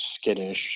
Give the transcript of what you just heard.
skittish